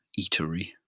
eatery